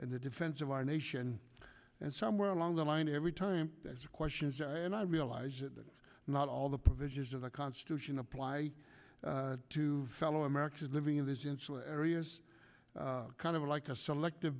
and the defense of our nation and somewhere along the line every time that's a question and i realize that not all the provisions of the constitution apply to fellow americans living in this insular areas kind of like a selective